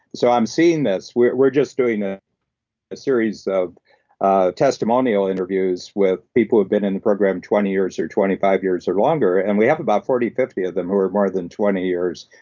so i'm seeing this we're we're just doing a series of ah testimonial interviews with people who have been in the program twenty years or twenty five years or longer, and we have about forty, fifty of them who are more than twenty years.